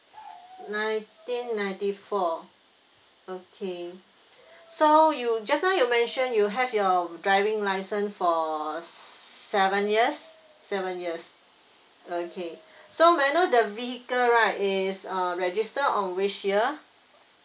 nineteen ninety four okay so you just now you mention you have your driving licence for seven years seven years okay so may I know the vehicle right is uh register on which year